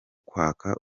kwaka